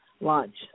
launch